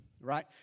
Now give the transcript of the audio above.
right